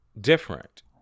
different